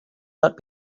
not